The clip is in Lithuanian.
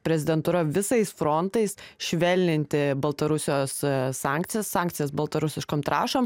prezidentūra visais frontais švelninti baltarusijos sankcijas sankcijas baltarusiškom trąšom